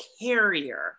carrier